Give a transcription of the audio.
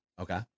Okay